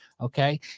Okay